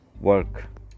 work